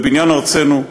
בבניין ארצנו,